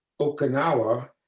Okinawa